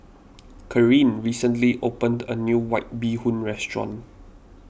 Kareen recently opened a new White Bee Hoon restaurant